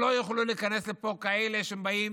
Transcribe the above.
שלא יוכלו להיכנס לפה כאלה שבאים